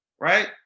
right